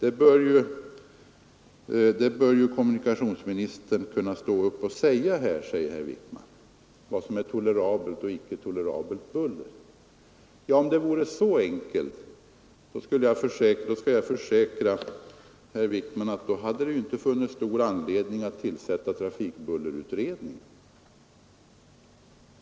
Kommunikationsministern bör stå upp här och säga, anför herr Wijkman, vad som är tolerabelt och icke tolerabelt buller. Ja, om det vore så enkelt hade det inte funnits stor anledning att tillsätta trafikbullerutredningen.